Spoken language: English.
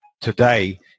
today